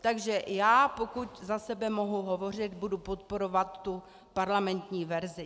Takže já, pokud za sebe mohu hovořit, budu podporovat tu parlamentní verzi.